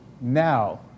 now